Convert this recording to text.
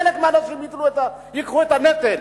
חלק יישאו בנטל?